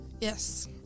Yes